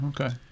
okay